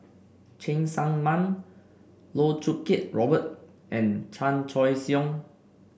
Cheng Tsang Man Loh Choo Kiat Robert and Chan Choy Siong